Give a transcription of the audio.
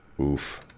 oof